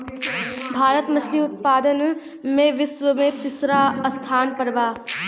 भारत मछली उतपादन में विश्व में तिसरा स्थान पर बा